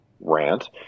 rant